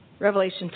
Revelation